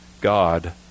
God